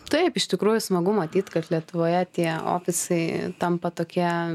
taip iš tikrųjų smagu matyt kad lietuvoje tie ofisai tampa tokie